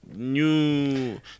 new